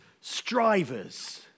strivers